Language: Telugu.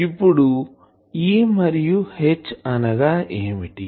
ఇప్పుడు E మరియు H అనగా ఏమిటి